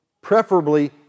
Preferably